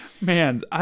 man